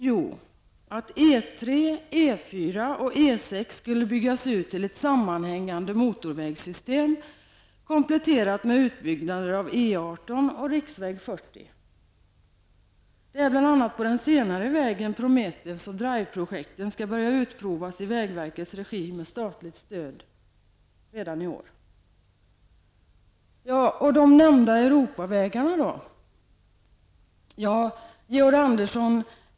Jo, att E 3, E 4 och E 6 skulle byggas ut till ett sammanhängande motorvägssystem, kompletterat med utbyggnader av E 18 och riksväg 40. Det är bl.a. på den senare vägen Prometheusoch Driveprojekten skall börja utprovas i vägverkets regi med statligt stöd redan i år. Och de nämnda Europavägarna?